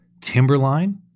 Timberline